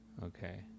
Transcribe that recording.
Okay